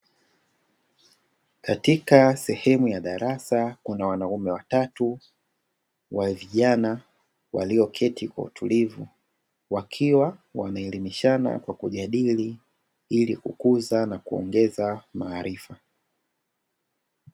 Katika sehemu ya darasa kuna wanaume watatu wa vijana walioketi kwa utulivu, wakiwa wanaelimishana kwa kujadili ili kukuza na kuongeza maarifa.